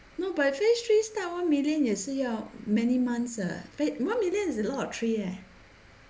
no by phase three start one million 也是要 many months uh one million is a lot of trees eh